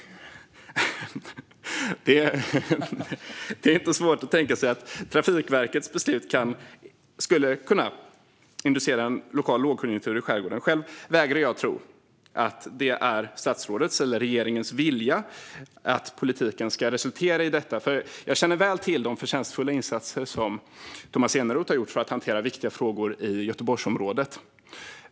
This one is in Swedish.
Det är inte svårt att tänka sig att Trafikverkets beslut skulle kunna inducera en lokal lågkonjunktur i skärgården. Själv vägrar jag tro att det är statsrådets eller regeringens vilja att politiken ska resultera i detta. Jag känner väl till de förtjänstfulla insatser som Tomas Eneroth har gjort för att hantera viktiga frågor i Göteborgsområdet.